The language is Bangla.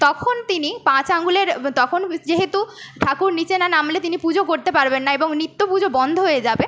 তখন তিনি পাঁচ আঙুলের তখন যেহেতু ঠাকুর নিচে না নামলে তিনি পুজো করতে পারবেন না এবং নিত্য পুজো বন্ধ হয়ে যাবে